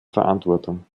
verantwortung